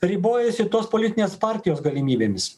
ribojasi tos politinės partijos galimybėmis